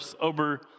over